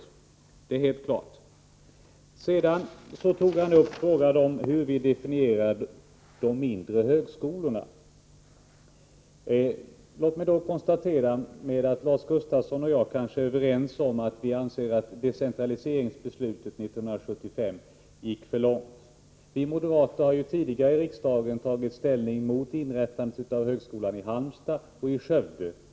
Vidare tog Lars Gustafsson upp frågan om hur vi definierar de mindre högskolorna. Låt mig då konstatera att Lars Gustafsson och jag nog är överens om att decentraliseringsbeslutet 1975 gick för långt. Vi moderater har tidigare i riksdagen tagit ställning mot inrättandet av högskolan i Halmstad och den i Skövde.